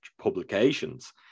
publications